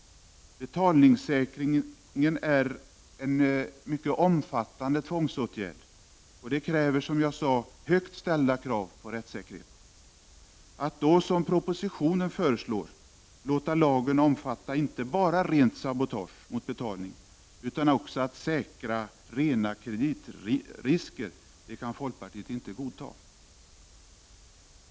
Betalningssäkringen är en mycket omfattande tvångsåtgärd. Här ställs det, som jag sagt, högt ställda krav på rättssäkerhet. Att då, som föreslås i propositionen, låta lagen omfatta inte bara rent sabotage mot betalning utan också detta med att säkra rena kreditrisker kan vi i folkpartiet inte godtaga.